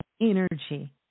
energy